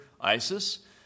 Isis